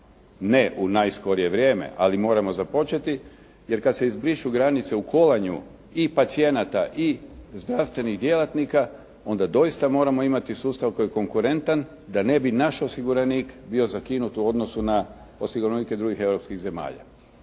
ne u najskorije vrijeme ali moramo započeti jer kad se izbrišu granice u kolanju i pacijenata i zdravstvenih djelatnika onda doista moramo imati sustav koji je konkurentan da ne bi naš osiguranik bio zakinut u odnosu na osiguranike drugih europskih zemalja.